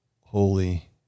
holy